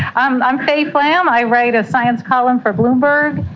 i'm i'm faye flam, i write a science column for bloomberg.